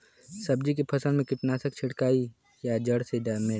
सब्जी के फसल मे कीटनाशक छिड़काई या जड़ मे डाली?